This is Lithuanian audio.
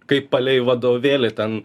kaip palei vadovėlį ten